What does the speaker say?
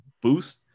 boost